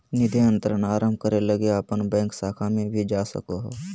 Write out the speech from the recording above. निधि अंतरण आरंभ करे लगी अपन बैंक शाखा में भी जा सको हो